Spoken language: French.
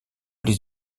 les